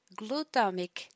glutamic